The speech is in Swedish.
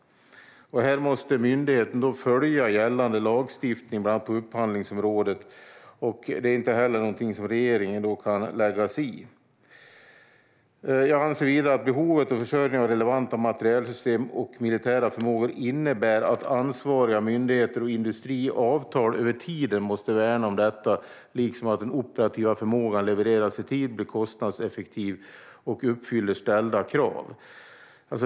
Här måste myndigheten följa gällande lagstiftning, bland annat på upphandlingsområdet, och det är inte heller någonting som regeringen kan lägga sig i. Jag anser vidare att behovet och försörjningen av relevanta materielsystem och militära förmågor innebär att ansvariga myndigheter och industri i avtal över tid måste värna om detta liksom att den operativa förmågan levereras i tid, blir kostnadseffektiv och uppfyller ställda krav.